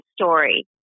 story